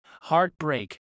heartbreak